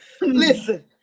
Listen